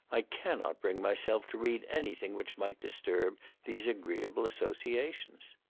i cannot bring myself to read anything which might disturb these agreeable associations.